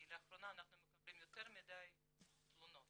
כי לאחרונה אנחנו מקבלים יותר מדי תלונות.